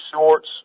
Shorts